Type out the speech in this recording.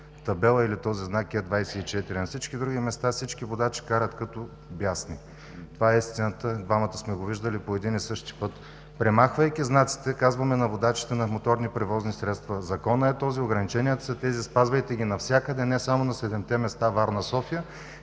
табела или този знак Е 24. На всички други места всички водачи карат като бесни. Това е истината и двамата сме го виждали по един и същи път. Премахвайки знаците, казваме на водачите на моторни превозни средства: „Законът е този, ограниченията са тези – спазвайте ги навсякъде, а не само на седемте места Варна-София“,